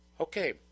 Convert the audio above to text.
Okay